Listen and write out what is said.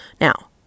Now